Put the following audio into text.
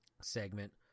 segment